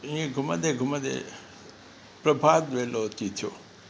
इएं घुमंदे घुमंदे प्रभात वेलो अची थियो